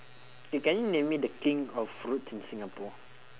you can you name me the king of fruits in singapore